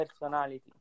personality